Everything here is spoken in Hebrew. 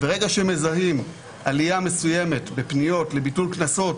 וברגע שמזהים עלייה מסוימת בפניות לביטול קנסות